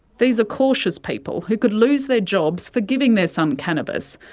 these are cautious people, who could lose their jobs for giving their son cannabis,